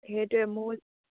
সেইটোৱে মোৰ